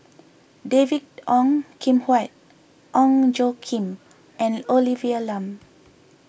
David Ong Kim Huat Ong Tjoe Kim and Olivia Lum